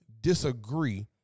disagree